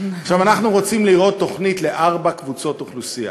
אנחנו רוצים לראות תוכנית לארבע קבוצות אוכלוסייה: